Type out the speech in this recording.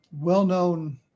well-known